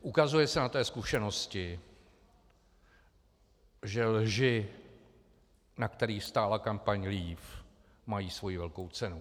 Ukazuje se na té zkušenosti, že lži, na kterých stála kampaň Leave, mají svoji velkou cenu.